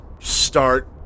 start